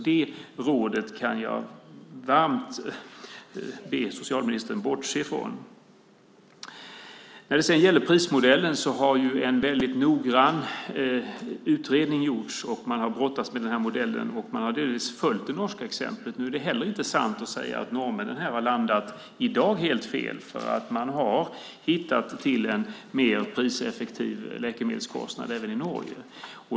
Det rådet kan jag varmt be socialministern bortse från. När det sedan gäller prismodellen har en väldigt noggrann utredning gjorts, och man har brottats med den här modellen och delvis följt det norska exemplet. Nu är det heller inte sant att norrmännen här har landat helt fel, för man har hittat fram till en mer priseffektiv läkemedelskostnad även i Norge.